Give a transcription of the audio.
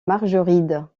margeride